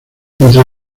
entre